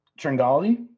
Tringali